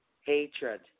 Hatred